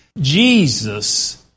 Jesus